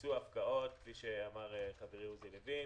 בוצעו הפקעות, כפי שאמר חברי עוזי לוין,